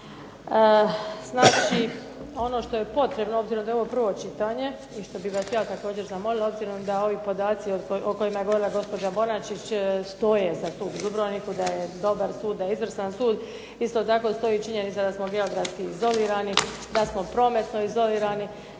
Znači, ono što je potrebno obzirom da je ovo prvo čitanje i što bih vas ja također zamolila obzirom da ovi podaci o kojima je govorila gospođa Bonačić stoje za sud u Dubrovniku da je dobar sud, da je izvrstan sud, isto tako stoji činjenica da smo geografski izolirani, da smo prometno izolirani.